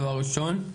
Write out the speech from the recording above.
דבר ראשון,